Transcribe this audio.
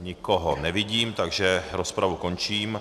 Nikoho nevidím, takže rozpravu končím.